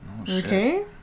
Okay